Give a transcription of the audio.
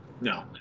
No